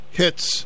hits